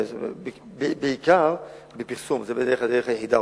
בעיקר בפרסום, זו הדרך היחידה.